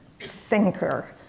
thinker